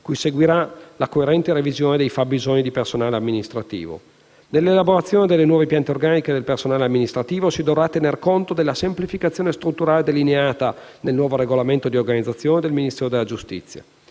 cui seguirà la coerente revisione dei fabbisogni di personale amministrativo. Nella elaborazione delle nuove piante organiche del personale amministrativo si dovrà tener conto della semplificazione strutturale delineata nel nuovo regolamento di organizzazione del Ministero della giustizia.